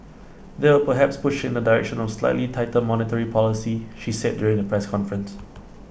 that would perhaps push in the direction of slightly tighter monetary policy she said during the press conference